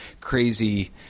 crazy